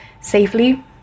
safely